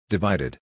Divided